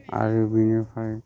आरो बेनिफ्राय